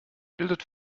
bildet